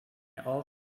all